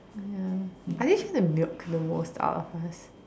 ya are they trying to milk the most out of us